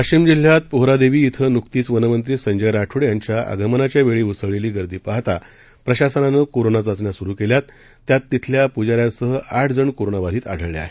वाशीम जिल्ह्यात पोहरादेवी इथं नुकतीच वनमंत्री संजय राठोड यांच्या आगमनाच्या वेळी उसळलेली गर्दी पाहता प्रशासनानं कोरोना चाचण्या सुरु केल्या त्यात तिथल्या पुजाऱ्यांसह आठ जण कोरोनाबाधित आढळले आहेत